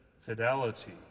fidelity